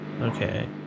Okay